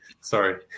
sorry